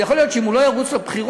אבל יכול להיות שאם הוא לא ירוץ לבחירות